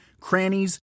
crannies